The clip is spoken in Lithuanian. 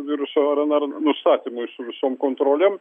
viruso rnr nustatumui su visom kontrolėm